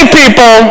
people